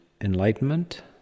enlightenment